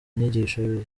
nyigisho